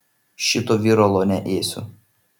šito viralo neėsiu